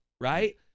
right